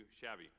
shabby